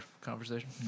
conversation